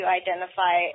identify